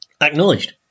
acknowledged